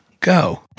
go